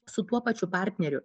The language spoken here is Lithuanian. su tuo pačiu partneriu